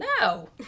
no